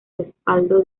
respaldo